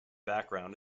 background